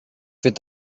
with